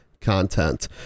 content